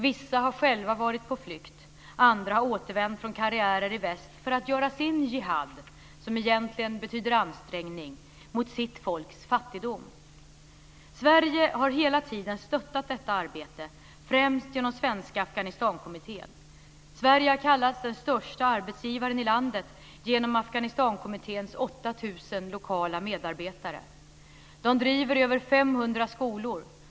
Vissa har själva varit på flykt, andra återvänt från karriärer i väst för att göra sin jihad, som egentligen betyder ansträngning, mot sitt folks fattigdom. Sverige har hela tiden stöttat detta arbete, främst genom Svenska Afghanistankommittén. Sverige har kallats den största arbetsgivaren i landet genom Afghanistankommitténs 8 000 lokala medarbetare. De driver över 500 skolor.